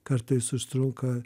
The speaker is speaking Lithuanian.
kartais užtrunka